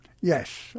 Yes